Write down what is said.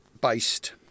based